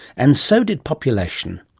and so did population.